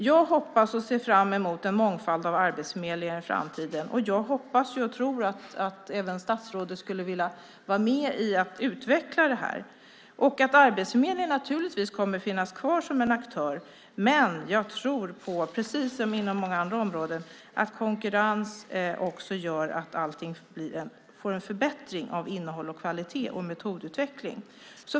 Jag hoppas och ser fram emot en mångfald av arbetsförmedlingar i framtiden, och jag hoppas och tror att även statsrådet vill vara med och utveckla detta. Arbetsförmedlingen kommer naturligtvis att finnas kvar som en aktör, men precis som inom många andra områden tror jag att konkurrens gör att vi får en förbättring av innehåll, kvalitet och metodutveckling.